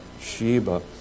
Sheba